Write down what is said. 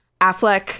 Affleck